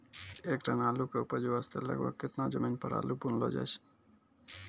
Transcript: एक टन आलू के उपज वास्ते लगभग केतना जमीन पर आलू बुनलो जाय?